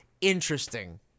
Interesting